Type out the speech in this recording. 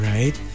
Right